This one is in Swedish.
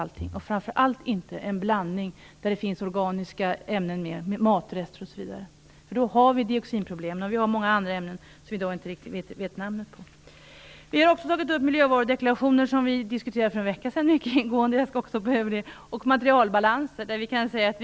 Elda framför allt inte med en blandning som innehåller organiska ämnen, matrester osv., för då får vi dioxinproblemet. Det finns dessutom många andra ämnen vars namn vi i dag inte riktigt känner till. Vidare gäller det frågan om miljövarudeklarationer, en fråga som vi för en vecka sedan mycket ingående diskuterade. Därför skall jag hoppa över den saken. Dessutom gäller det materialbalanser.